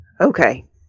okay